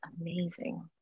amazing